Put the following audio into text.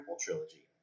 trilogy